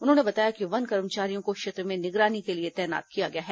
उन्होंने बताया कि वन कर्मचारियों को क्षेत्र में निगरानी के लिए तैनात किया गया है